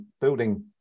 building